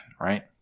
right